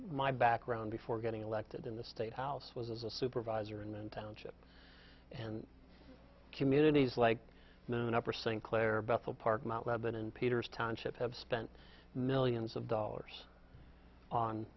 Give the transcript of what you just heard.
my background before getting elected in the state house was as a supervisor and then township and communities like move in upper st clair bethel park mount lebanon peters township have spent millions of dollars